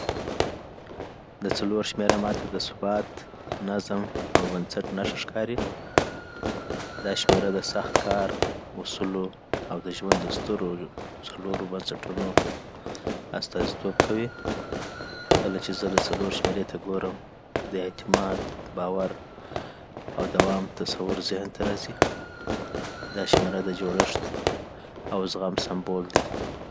د څلور شمېره ما ته د ثبات، نظم او بنسټ نښه ښکاري. دا شمېره د سخت کار، اصولو او د ژوند د سترو څلورو بنسټونو استازیتوب کوي. کله چې زه د څلور شمیرې ته ګورم، د اعتماد، باور او دوام تصور ذهن ته راځي. .دا شمېره د جوړښت او زغم سمبول دی